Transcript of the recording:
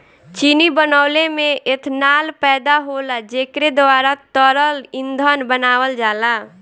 चीनी बनवले में एथनाल पैदा होला जेकरे द्वारा तरल ईंधन बनावल जाला